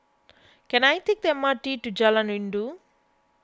can I take the M R T to Jalan Rindu